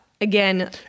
again